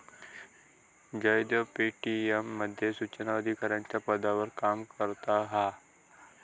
Jaydev Paytm मध्ये सुचना अधिकाराच्या पदावर काम करता हा